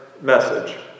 message